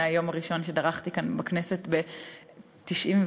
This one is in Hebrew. מהיום הראשון שדרכתי כאן בכנסת, ב-1997,